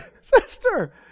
sister